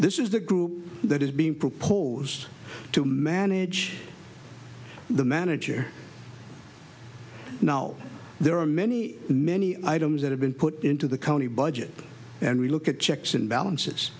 this is the group that is being proposed to manage the manager now there are many many items that have been put into the county budget and we look at checks and balances